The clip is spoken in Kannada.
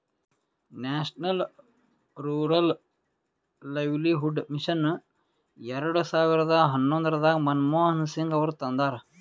ನ್ಯಾಷನಲ್ ರೂರಲ್ ಲೈವ್ಲಿಹುಡ್ ಮಿಷನ್ ಎರೆಡ ಸಾವಿರದ ಹನ್ನೊಂದರಾಗ ಮನಮೋಹನ್ ಸಿಂಗ್ ಅವರು ತಂದಾರ